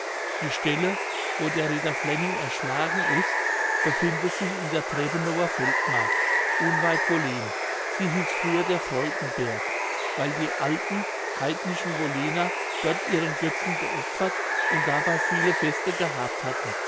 die stelle wo der ritter flemming erschlagen ist befindet sich in der trebenower feldmark unweit wollin sie hieß früher der freudenberg weil die alten heidnischen wolliner dort ihren götzen geopfert und dabei viele feste gehabt hatten